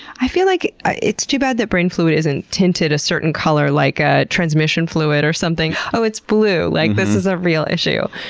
i feel like it's too bad that brain fluid isn't tinted a certain color, like ah transmission fluid or something. oh, it's blue. like, this is a real issue.